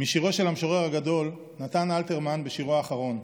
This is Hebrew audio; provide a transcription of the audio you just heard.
משירו של המשורר הגדול נתן אלתרמן בשירו האחרון: